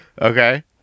Okay